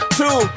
two